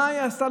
מה היא עשתה?